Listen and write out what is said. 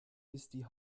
die